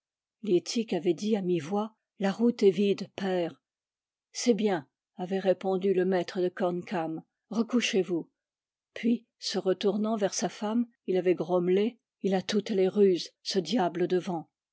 liettik avait dit à mi-voix la route est vide père c'est bien avait répondu le maître de corn cam recouchez-vous puis se retournant vers sa femme il avait grommelé il a toutes les ruses ce diable de